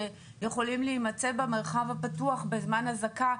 שיכולים להימצא במרחב הפתוח בזמן אזעקה,